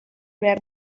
behar